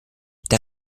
der